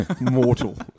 Mortal